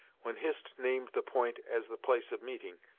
when hist named the point as the place of meeting,